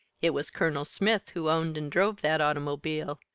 it was colonel smith who owned and drove that automobile,